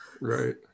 right